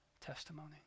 testimony